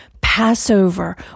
Passover